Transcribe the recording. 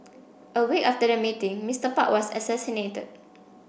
a week after the meeting Mister Park was assassinated